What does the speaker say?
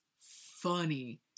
funny